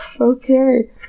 Okay